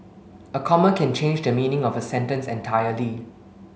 a comma can change the meaning of a sentence entirely